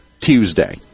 Tuesday